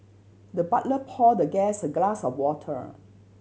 the butler poured the guest a glass of water